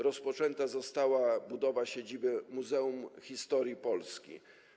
Rozpoczęta została budowa siedziby Muzeum Historii Polski.